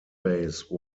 base